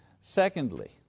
Secondly